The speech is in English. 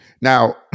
Now